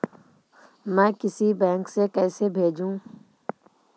मैं किसी बैंक से कैसे भेजेऊ